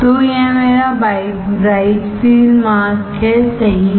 तो यह मेरा ब्राइट फील्ड मास्क है सही है